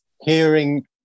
Hearing